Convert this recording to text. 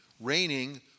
reigning